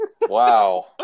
Wow